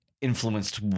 influenced